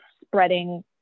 spreading